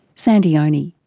sandy onie.